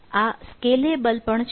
આ સ્કેલેબલ પણ છે